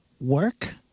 work